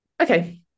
okay